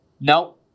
No